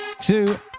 two